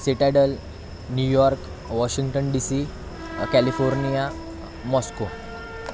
citadel New York Washington DC California Moscow